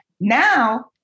Now